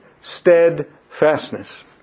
steadfastness